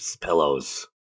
pillows